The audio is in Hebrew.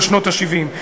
של שנות ה-70,